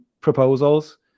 proposals